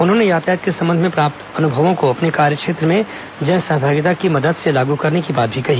उन्होंने यातायात के संबंध में प्राप्त अनुभवों को अपने कार्यक्षेत्र में जन सहभागिता की मदद से लागू करने की बात भी कही